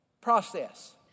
process